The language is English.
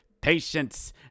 patience